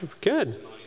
Good